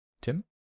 Tim